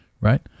Right